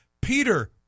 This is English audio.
Peter